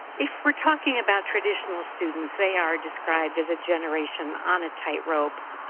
if we're talking about traditional students, they are described as a generation on a tightrope.